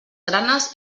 granes